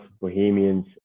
Bohemians